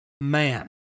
man